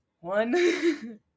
One